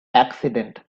accident